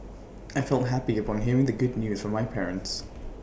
I felt happy upon hearing the good news from my parents